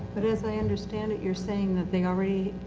but as i understand it you're saying that they already.